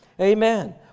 Amen